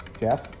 jeff